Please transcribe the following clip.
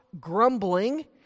grumbling